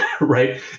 Right